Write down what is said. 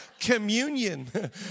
Communion